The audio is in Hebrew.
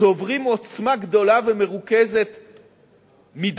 צוברים עוצמה גדולה ומרוכזת מדי,